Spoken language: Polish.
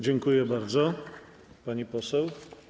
Dziękuję bardzo, pani poseł.